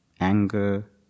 anger